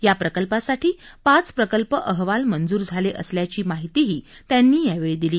या प्रकल्पासाठी पाच प्रकल्प अहवाल मंजूर झाले असल्याची माहितीही त्यांनी यावेळी दिली